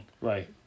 Right